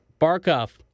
Barkov